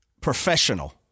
professional